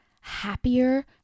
happier